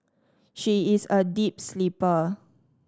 she is a deep sleeper